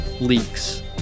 leaks